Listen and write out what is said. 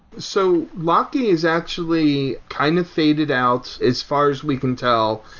so locky is actually kind of faded out as far as we can tell.